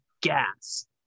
gas